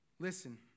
Listen